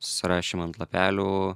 surašėm ant lapelių